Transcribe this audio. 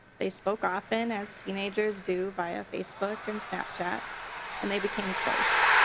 they spoke often as teenagers do via facebook and snapchat and they became close.